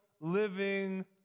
living